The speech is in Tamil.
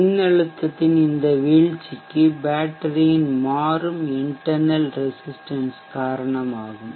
மின்னழுத்தத்தின் இந்த வீழ்ச்சிக்கு பேட்டரியின் மாறும் இன்டடெர்னல் ரெசிஷ்டன்ஷ் காரணமாகும்